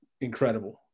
incredible